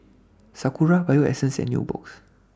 Sakura Bio Essence and Nubox